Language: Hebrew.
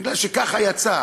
אלא כי ככה יצא.